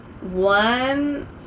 One